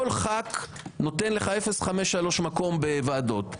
כל ח"כ נותן לך 0.53 בוועדות.